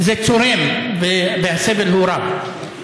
זה צורם, והסבל הוא רב.